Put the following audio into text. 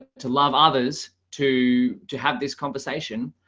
to love others to to have this conversation,